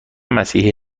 مسیحی